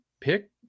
pick